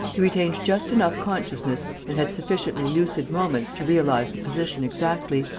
he retained just enough consciousness and had sufficiently lucid moments to realize the position exactly.